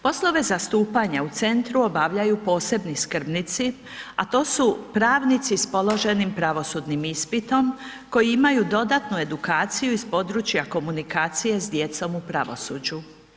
Poslove zastupanja u centru obavljaju posebni skrbnici, a to su pravnici s položenim pravosudnim ispitom koji imaju dodatnu edukaciju iz područja komunikacije s djecom u pravosuđu.